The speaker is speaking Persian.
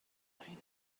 این